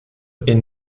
est